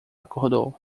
acordou